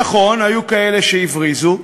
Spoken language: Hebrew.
נכון, היו כאלה שהבריזו,